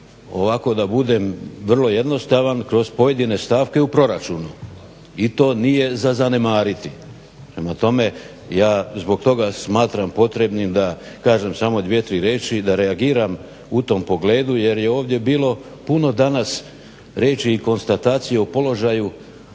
ovako da budem vrlo jednostavan kroz pojedine stavke u proračunu. I to nije za zanemariti. Prema tome, ja zbog toga smatram potrebnim da kažem samo dvije, tri riječi i da reagiram u tom pogledu jer je ovdje bilo puno danas riječi i konstatacija o položaju